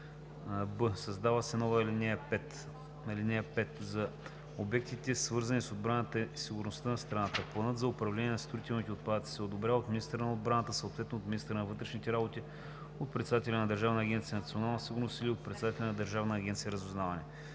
б) създава се нова ал. 5: „(5) За обектите, свързани с отбраната и сигурността на страната, планът за управление на строителните отпадъци се одобрява от министъра на отбраната, съответно от министъра на вътрешните работи, от председателя на Държавна агенция „Национална сигурност“ или от председателя на Държавна агенция „Разузнаване“;